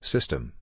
System